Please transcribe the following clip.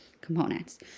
components